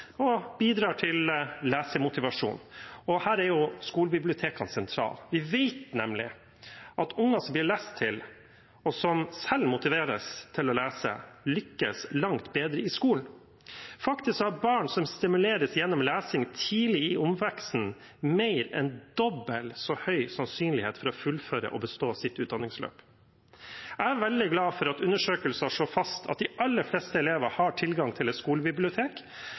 og bidrar til lesemotivasjon, og her står jo skolebibliotekene sentralt. Vi vet nemlig at unger som blir lest for, og som selv motiveres til å lese, lykkes langt bedre i skolen. Faktisk har barn som stimuleres gjennom lesing tidlig i oppveksten, mer enn dobbelt så stor sannsynlighet for å fullføre og bestå sitt utdanningsløp. Jeg er veldig glad for at undersøkelser slår fast at de aller fleste elever har tilgang til et skolebibliotek.